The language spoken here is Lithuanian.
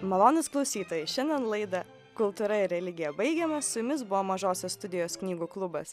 malonūs klausytojai šiandien laidą kultūra ir religija baigiame su jumis buvo mažosios studijos knygų klubas